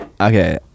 okay